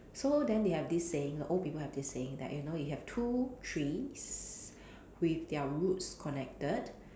so then they have this saying old people have this saying that you know you have two trees with their roots connected